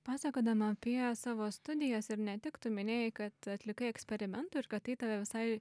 pasakodama apie savo studijas ir ne tik tu minėjai kad atlikai eksperimentų ir kad tai tave visai